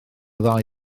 ddau